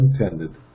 intended